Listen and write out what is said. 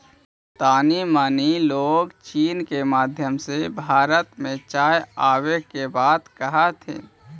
तानी मनी लोग चीन के माध्यम से भारत में चाय आबे के बात कह हथिन